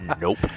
Nope